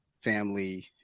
family